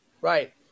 Right